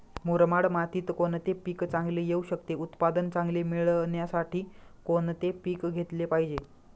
मुरमाड मातीत कोणते पीक चांगले येऊ शकते? उत्पादन चांगले मिळण्यासाठी कोणते पीक घेतले पाहिजे?